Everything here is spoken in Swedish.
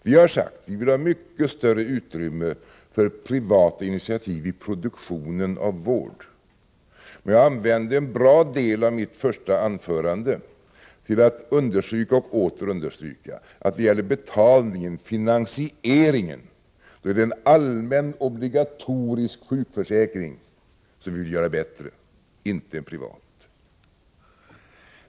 Vi har sagt att vi vill ha mycket större utrymme för privata initiativ i produktionen av vård. Jag använde dock en stor del av mitt första anförande till att understryka att när det gäller betalningen, finansieringen, är det en allmän, obligatorisk sjukförsäkring som vi vill göra bättre, inte en privat.